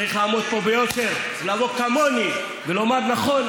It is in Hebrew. צריך לעמוד פה ביושר, לבוא כמוני ולומר, נכון.